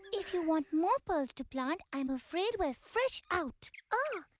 if you want more pearls to plant i'm afraid we're fresh out oh,